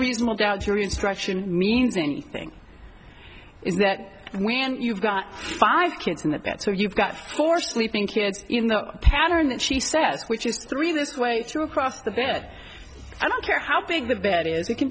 reasonable doubt jury instruction means anything is that when you've got five kids and at that so you've got four sleeping kids in the pattern that she says which is three this way too across the bed i don't care how big the bed is it can